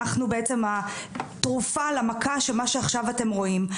אנחנו בעצם התרופה למכה שמה שעכשיו אתם רואים.